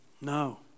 No